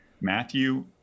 Matthew